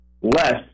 less